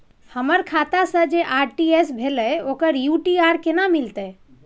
हमर खाता से जे आर.टी.जी एस भेलै ओकर यू.टी.आर केना मिलतै?